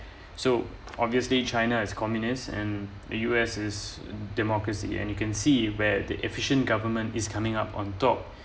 so obviously china is communist and the U_S is democracy and you can see where the efficient government is coming up on top